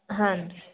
ಹಾಂ ರೀ